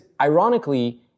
ironically